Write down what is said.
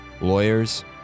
lawyers